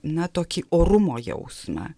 na tokį orumo jausmą